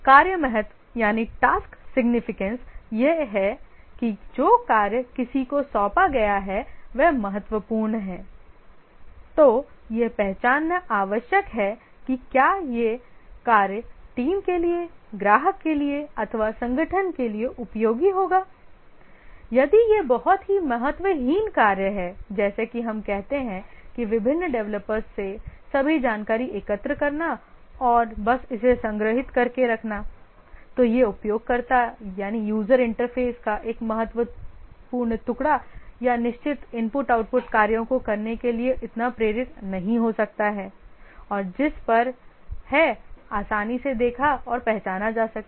कार्य महत्व यह है कि जो कार्य किसी को सौंपा गया है वह महत्वपूर्ण है तो यह पहचानना आवश्यक है की क्या यह कार्य टीम के लिए ग्राहक के लिए अथवा संगठन के लिए उपयोगी होगा यदि यह बहुत ही महत्वहीन कार्य है जैसे की हम कहते हैं कि विभिन्न डेवलपर्स से सभी जानकारी एकत्र करना और बस इसे संग्रहीत करके रखना तो यह उपयोगकर्ता इंटरफ़ेस का एक महत्वपूर्ण टुकड़ा या निश्चित I O कार्यों को करने के लिए इतना प्रेरित नहीं हो सकता है और जिस पर हैं आसानी से देखा और पहचाना जा सकता है